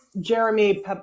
Jeremy